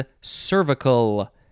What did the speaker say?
cervical